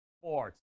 sports